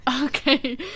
Okay